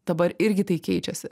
dabar irgi tai keičiasi